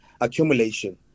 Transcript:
accumulation